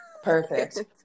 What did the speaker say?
Perfect